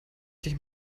dich